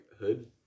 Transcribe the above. hood